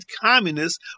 communists